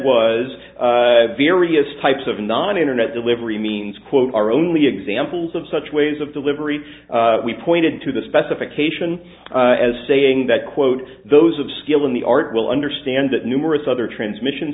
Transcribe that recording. was various types of non internet delivery means quote our only examples of such ways of delivery we pointed to the specification as saying that quote those of skill in the art will understand that numerous other transmission